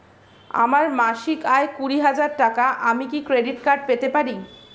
আমার মাসিক আয় কুড়ি হাজার টাকা আমি কি ক্রেডিট কার্ড পেতে পারি?